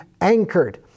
anchored